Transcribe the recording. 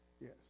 Yes